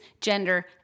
gender